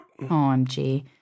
OMG